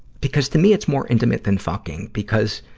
because to me it's more intimate than fucking. because